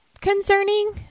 concerning